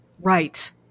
Right